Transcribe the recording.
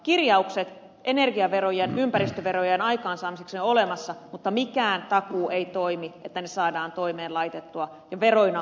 kirjaukset energiaverojen ympäristöverojen aikaansaamiseksi ovat olemassa mutta mikään takuu ei toimi että ne saadaan toimeen laitettua ja veroina kerättyä